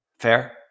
Fair